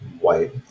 white